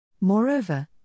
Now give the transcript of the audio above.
Moreover